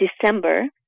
December